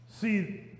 See